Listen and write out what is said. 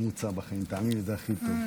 והמון המון כוחות לחיילי וחיילות צה"ל,